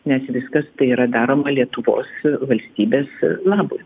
nes viskas tai yra daroma lietuvos valstybės labui